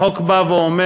החוק בא ואומר: